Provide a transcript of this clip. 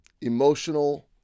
emotional